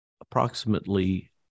approximately